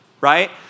Right